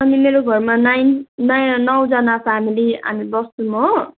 अनि मेरो घरमा नाइन न नौजना फ्यामिली हामी बस्छौँ हो